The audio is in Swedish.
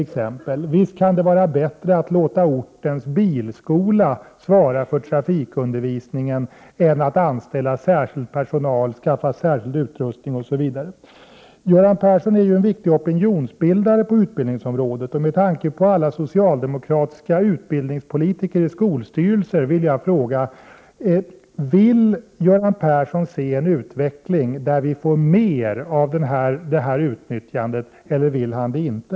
Det kan vara bättre att låta ortens bilskola svara för trafikundervisningen än att anställa särskild personal och skaffa särskild utrustning osv. Göran Persson är en viktig opinionsbildare på utbildningsområdet, och med tanke på alla socialdemokratiska utbildningspolitiker i skolstyrelserna frågar jag: Vill Göran Persson se en utveckling där vi får ett större utnyttjande av privata utbildningsföretag, eller vill han det inte?